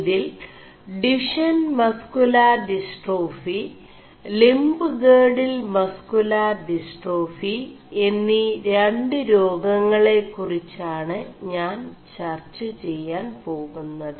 ഇതിൽ Duchenne muscular dystrophy limb girdle muscular dystrophy എMീ രു േരാഗÆെളകുറിgാണ് ഞാൻ ചർg െചാൻ േപാകുMത്